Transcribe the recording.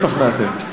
לא השתכנעתם.